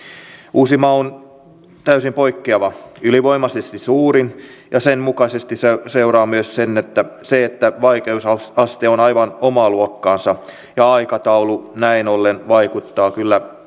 uusimaa on täysin poikkeava ylivoimaisesti suurin ja siitä seuraa myös se että vaikeusaste on aivan omaa luokkaansa ja aikataulu näin ollen vaikuttaa kyllä